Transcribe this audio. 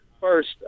First